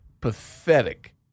pathetic